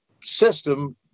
system